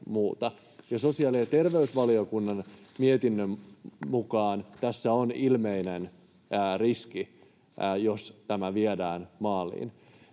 Sosiaali- ja terveysvaliokunnan mietinnön mukaan tässä on ilmeinen riski erityisesti